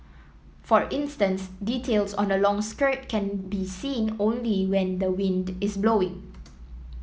for instance details on a long skirt can be seen only when the wind is blowing